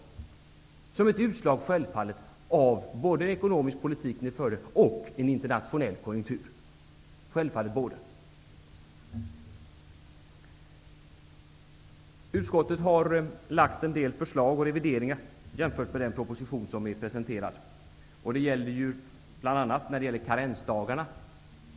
Självfallet var det ett utslag både av den ekonomiska politik som ni förde och av den internationella konjunkturen. Utskottet har lagt fram en del förslag och gjort en del revideringar jämfört med den proposition som presenterats. Det gäller bl.a. karensdagarna.